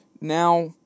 Now